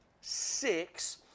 six